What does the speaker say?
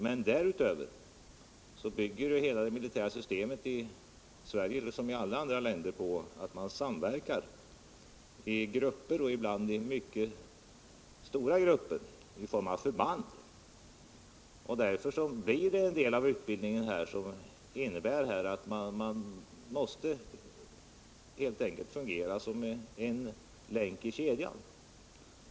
Men därutöver bygger det militära systemet i Sverige liksom i andra länder på att man samverkar i grupper och ibland i mycket stora grupper i form av förband. Därför innebär en del av utbildningen att man helt enkelt måste fungera som en länk i kedjan.